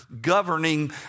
governing